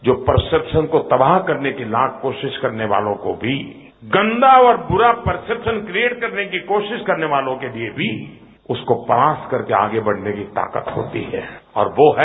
जो परसेषान को तबाह करने के लिए लाख कोशिश करने वालो को भी गंदा और बुरा परसेषान क्रिएट करने की कोशिश करने वालो के लिए भी उसको पास करके आगे बढ़ने की ताकत होती है और वो है